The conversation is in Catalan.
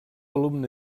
alumne